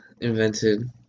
invented